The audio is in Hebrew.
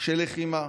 של לחימה